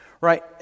Right